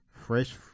fresh